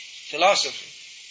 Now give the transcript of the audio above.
philosophy